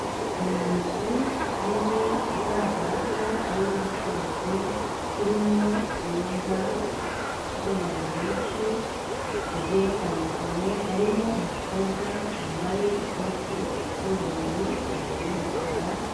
Ni inzu nini igaragara ko ari iy'ubucuruzi, irimo uruza rw'abantu benshi bagiye batandukanye, harimo umukobwa wambaye ikote ry'ikoboyi, ipantaro y'umukara.